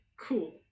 cool